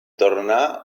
tornar